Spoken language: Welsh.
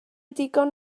digon